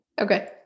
Okay